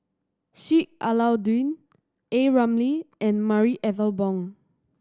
Sheik Alau'ddin A Ramli and Marie Ethel Bong